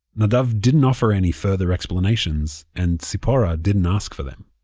nadav didn't offer any further explanations and tzipora didn't ask for them